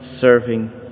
serving